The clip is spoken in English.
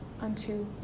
unto